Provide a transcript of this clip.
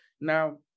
Now